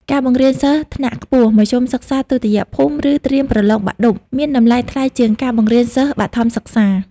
ការបង្រៀនសិស្សថ្នាក់ខ្ពស់ មធ្យមសិក្សាទុតិយភូមិ ឬត្រៀមប្រឡងបាក់ឌុប មានតម្លៃថ្លៃជាងការបង្រៀនសិស្សបឋមសិក្សា។